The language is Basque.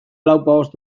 lauzpabost